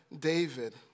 David